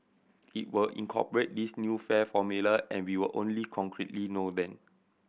it will incorporate this new fare formula and we will only concretely know then